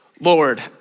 Lord